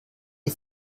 die